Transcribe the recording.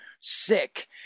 sick